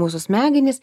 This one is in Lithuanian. mūsų smegenis